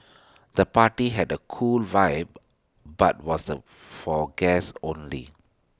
the party had A cool vibe but was the for guests only